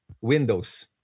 Windows